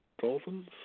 Dolphins